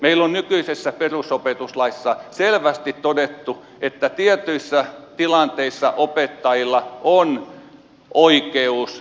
meillä on nykyisessä perusopetuslaissa selvästi todettu että tietyissä tilanteissa opettajilla on oikeus voimatoimenpiteisiin